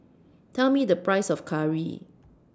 Tell Me The Price of Curry